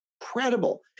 incredible